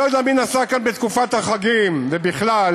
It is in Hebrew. אני לא יודע מי נסע פה בתקופת החגים, ובכלל,